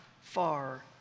far